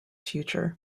future